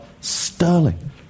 sterling